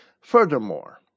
Furthermore